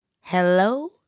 Hello